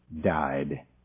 died